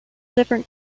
different